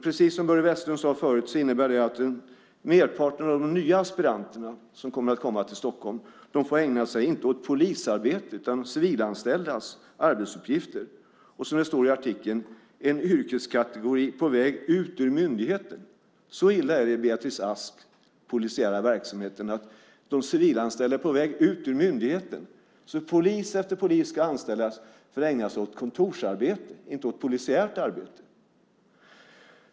Precis som Börje Vestlund sade förut innebär det att merparten av de nya aspiranter som kommer att komma till Stockholm får ägna sig inte åt polisarbete utan åt civilanställdas arbetsuppgifter, som det står i artikeln "en yrkeskategori på väg ut ur myndigheten". Så illa är det i Beatrice Asks polisiära verksamhet att de civilanställda är på väg ut ur myndigheten. Polis efter polis ska alltså anställas för att ägna sig åt kontorsarbete, inte åt polisiärt arbete.